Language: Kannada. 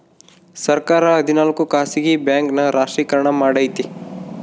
ಸರ್ಕಾರ ಹದಿನಾಲ್ಕು ಖಾಸಗಿ ಬ್ಯಾಂಕ್ ನ ರಾಷ್ಟ್ರೀಕರಣ ಮಾಡೈತಿ